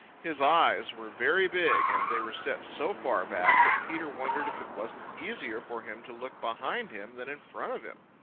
his eyes were very big and they were set so far back that peter wondered if it wasn't easier for him to look behind him than in front of him.